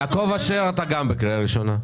--- טרפדה או לא טרפדה.